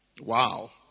Wow